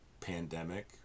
pandemic